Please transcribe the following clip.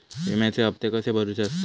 विम्याचे हप्ते कसे भरुचे असतत?